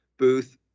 booth